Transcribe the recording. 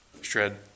shred